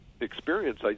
experience